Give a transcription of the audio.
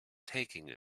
taking